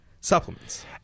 supplements